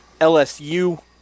LSU